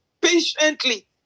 patiently